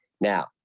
Now